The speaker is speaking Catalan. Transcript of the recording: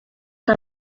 que